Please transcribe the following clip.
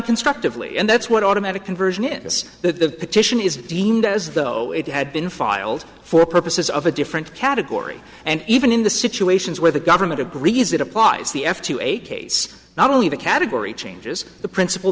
constructively and that's what automatic conversion is that the petition is deemed as though it had been filed for purposes of a different category and even in the situations where the government agrees it applies the f to a case not only the category changes the principal